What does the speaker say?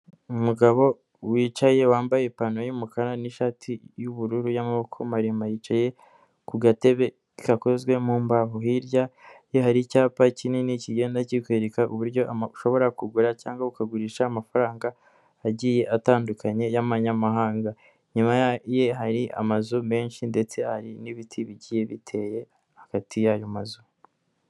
Umugabo wicaye wambaye ipantaro yumukara n'ishati y'ubururu y'amaboko maremare yicaye ku gatebe gakozwe mu mbaho, hirya ye hari icyapa kinini kigenda kikwereka uburyo ashobora kugura cyangwa kukagurisha amafaranga agiye atandukanye y'amanyamahanga, inyuma ye hari amazu menshi ndetse hari n'ibiti bigiye biteye hagati y'ayo mazu.